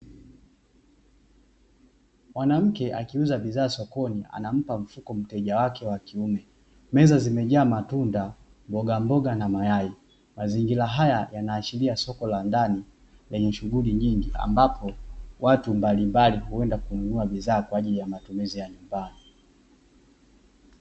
Mwanamke akiuza bidhaa sokoni anampa mfuko mteja wake wa kiume. Meza zimejaa matunda, mbogamboga na mayai. Mazingira haya yanaashiria soko la ndani lenye shughuli nyingi, ambapo watu mbalimbali huenda kununua bidhaa kwa ajili ya matumizi ya nyumbani.